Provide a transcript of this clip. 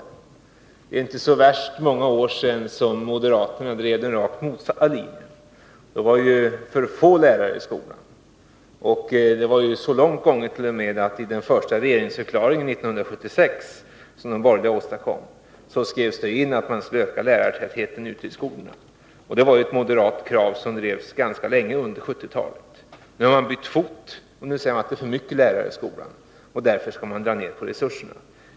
Men det är inte så värst många år sedan moderaterna hade den rakt motsatta uppfattningen. Då var det för få lärare i skolan. Det gick t.o.m. så långt att det år 1976, i den första regeringsförklaring som de borgerliga åstadkom, skrevs in att man skulle öka lärartätheten ute i skolorna. Detta var ett moderat krav, som drevs ganska länge under 1970-talet. Nu har man bytt fot: nu säger man att det finns för många lärare i skolan, och därför skall man dra ner på resurserna.